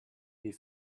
des